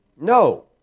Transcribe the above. No